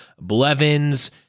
Blevins